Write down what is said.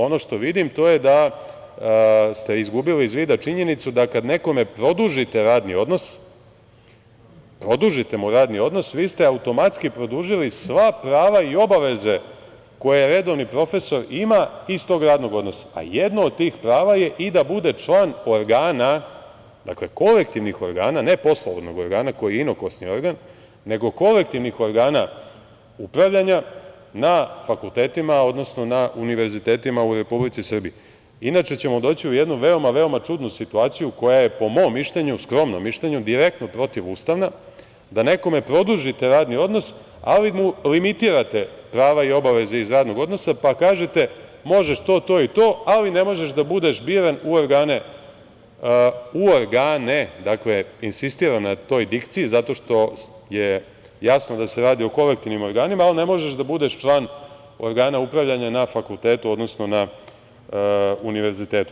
Ono što vidim to je da ste izgubili iz vida činjenicu da kad nekome produžite radni odnos, produžite mu radni odnos, vi ste automatski produžili sva prava i obaveze koji redovni profesor ima iz tog radnog odnosa, a jedno od tih prava je i da bude član organa, dakle, kolektivnih organa, ne poslovnog organa koji inokosni organ, nego kolektivnih organa upravljanja na fakultetima, odnosno na univerzitetima u Republici Srbiji, inače ćemo doći u jednu veoma, veoma čudnu situaciju koja je po mom mišljenju, skromnom mišljenju direktno protivustavna, da nekome produžite radni odnos, ali mu limitirate pravo i obaveze iz radnog odnosa, pa kažete – možeš to, to i to, ali ne možeš da budeš biran u organe, insistiram na toj dikciji zato što je jasno da se radi o kolektivnim organima, ali ne možeš da budeš član organa upravljanja na fakultetu, odnosno na univerzitetu.